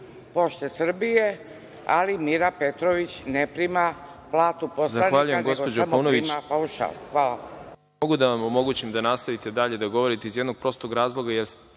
Pošta Srbije, ali Mira Petrović ne prima platu poslanika, nego samo prima paušal. Hvala.